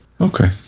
Okay